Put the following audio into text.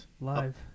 Live